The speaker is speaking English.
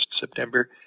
September